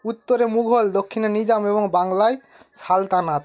উত্তরে মুঘল দক্ষিণে নিজাম এবং বাংলায় সালতানাত